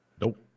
Nope